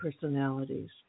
Personalities